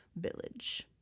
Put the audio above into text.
village